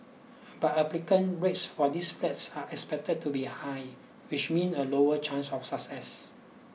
but applicant rates for these flats are expected to be high which mean a lower chance of success